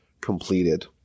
completed